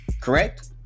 Correct